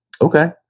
Okay